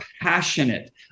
passionate